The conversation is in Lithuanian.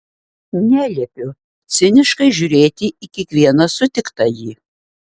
neliepiu ciniškai žiūrėti į kiekvieną sutiktąjį